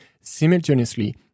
simultaneously